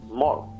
more